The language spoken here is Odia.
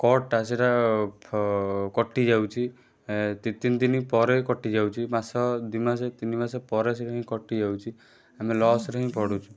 କର୍ଡ଼୍ ଟା ସେଇଟା ଫ କଟି ଯାଉଛି ଦୁଇ ତିନି ଦିନ ପରେ କଟି ଯାଉଛି ମାସ ଦୁଇ ମାସେ ତିନି ମାସେ ପରେ ସିଏ କାଇଁ କଟି ଯାଉଛି ଆମେ ଲସ୍ ରେ ହିଁ ପଡ଼ୁଛୁ